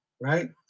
right